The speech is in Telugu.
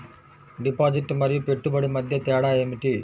డిపాజిట్ మరియు పెట్టుబడి మధ్య తేడా ఏమిటి?